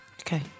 Okay